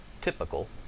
typical